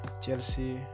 Chelsea